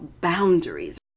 boundaries